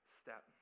step